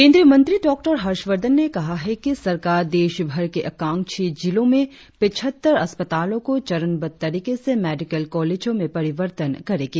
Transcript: केंद्रीय मंत्री डॉक्टर हर्षवर्धन ने कहा है कि सरकार देशभर के आकांक्षी जिलों में पिचहत्तर अस्पतालों को चरणबद्ध तरीके से मेडिकल कॉलेकों में परिवर्तन करेगी